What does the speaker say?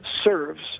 serves